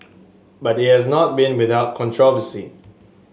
but it has not been without controversy